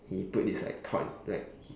he put this like cloud like